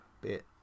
bit